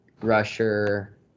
rusher